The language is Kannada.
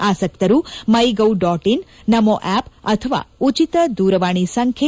ಆಸಕ್ತರು my gov dot in Namo app ಅಥವಾ ಉಚಿತ ದೂರವಾಣಿ ಸಂಖ್ಯೆ